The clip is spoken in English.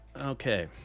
Okay